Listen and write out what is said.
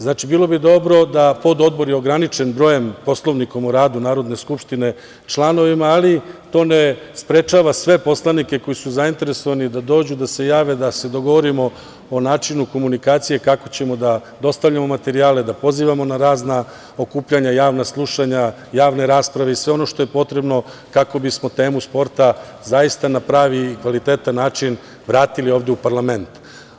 Znači, pododbor je ograničen brojem članova, Poslovnikom o radu Narodne skupštine, ali to ne sprečava sve poslanike koji su zainteresovani da dođu, da se jave da se dogovorimo o načinu komunikacije kako ćemo da dostavljamo materijale, da pozivamo na razna okupljanja, javna slušanja, javne rasprave i sve ono što je potrebno kako bismo temu sporta zaista na pravi i kvalitetan način vratili ovde u parlament.